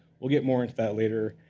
we'll get more into that later.